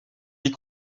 est